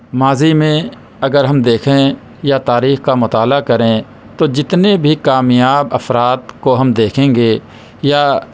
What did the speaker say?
ماضی میں اگر ہم دیکھیں یا تاریخ کا مطالعہ کریں تو جتنے بھی کامیاب افراد کو ہم دیکھیں گے یا